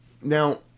Now